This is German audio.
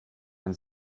man